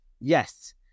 Yes